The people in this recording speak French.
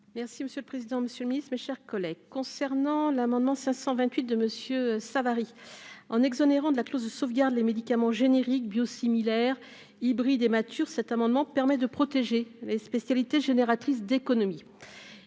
Merci monsieur le président, Monsieur le Ministre, mes chers collègues, concernant l'amendement 528 de Monsieur Savary en exonérant de la clause de sauvegarde les médicaments génériques biosimilaire hybride et mature, cet amendement permet de protéger les spécialités génératrice d'économies,